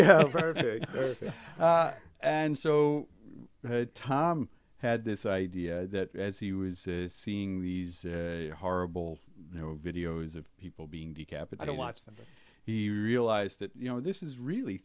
yeah yeah and so tom had this idea that as he was seeing these horrible videos of people being decapitated watch them he realized that you know this is really